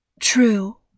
True